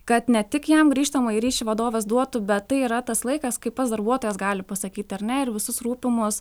kad ne tik jam grįžtamąjį ryšį vadovas duotų bet tai yra tas laikas kai pats darbuotojas gali pasakyti ar ne ir visus rūpimus